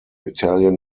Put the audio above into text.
italian